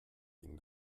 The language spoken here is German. ihnen